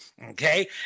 Okay